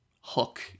Hook